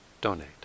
donate